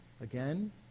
again